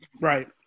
Right